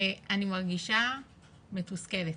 אני מרגישה מתוסכלת.